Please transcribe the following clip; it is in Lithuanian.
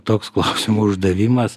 toks klausimo uždavimas